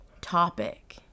topic